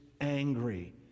angry